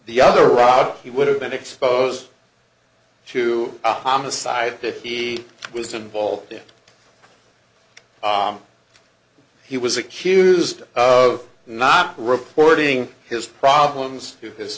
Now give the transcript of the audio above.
the other route he would have been exposed to a homicide that he was involved in he was accused of not reporting his problems to his